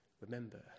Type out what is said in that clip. Remember